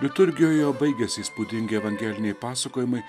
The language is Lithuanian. liturgijoj jau baigėsi įspūdingi evangeliniai pasakojimai